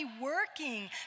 working